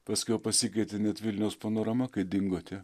paskiau pasikvietė net vilniaus panorama kai dingo tie